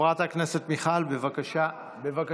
חברת הכנסת מיכל, בבקשה.